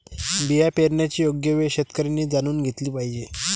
बिया पेरण्याची योग्य वेळ शेतकऱ्यांनी जाणून घेतली पाहिजे